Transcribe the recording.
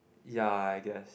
ya I guess